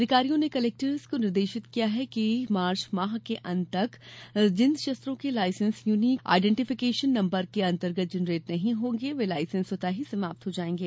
अधिकारियों ने कलेक्टर्स को निर्देशित किया कि इस वर्ष मार्च माह के अंत तक जिन शस्त्रों के लायसेंस यूनिक आईडेन्टिफिकेशन नम्बर के अंतर्गत जनरेट नहीं होंगे वे लायसेंस स्वतरू ही समाप्त हो जायेंगे